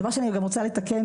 דבר שני, אני גם רוצה לתקן,